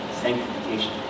sanctification